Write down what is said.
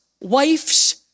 wife's